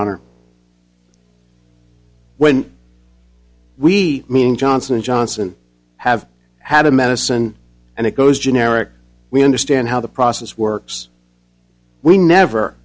honor when we meaning johnson and johnson have had a medicine and it goes generic we understand how the process works we never